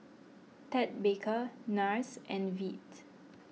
Ted Baker Nars and Veet